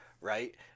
Right